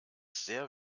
sehr